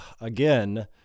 again